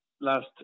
last